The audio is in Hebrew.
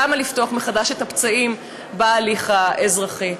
למה לפתוח מחדש את הפצעים בהליך האזרחי?